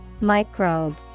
Microbe